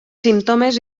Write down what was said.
símptomes